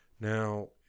now